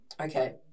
okay